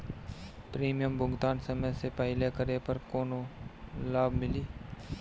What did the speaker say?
Premium भुगतान समय से पहिले करे पर कौनो लाभ मिली?